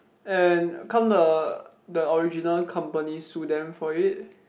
and can't the the original company sue them for it